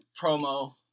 promo